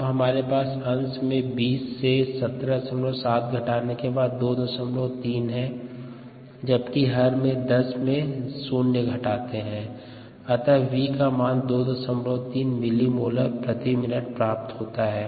अब हमारे पास अंश में 20 से 177 घटाने के बाद 23 है जबकि हर में 10 में से 0 घटाते है अतः 𝑣 का मान 23 𝑚𝑀𝑚𝑖𝑛−1 प्राप्त होता है